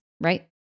right